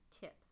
tip